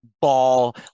ball